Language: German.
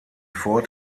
fort